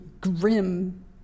grim